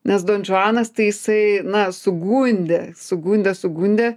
nes donžuanas tai jisai na sugundė sugundė sugundė